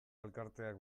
elkarteak